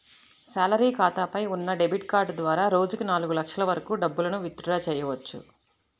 salary ఖాతాపై ఉన్న debit card ద్వారా రోజుకి నాలుగు లక్షల వరకు డబ్బులను విత్ డ్రా చెయ్యవచ్చు